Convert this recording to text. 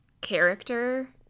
character